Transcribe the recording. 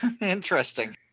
Interesting